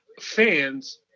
fans